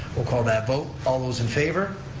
we'll call that vote, all those in favor?